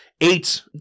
eight